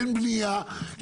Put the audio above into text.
אין בנייה,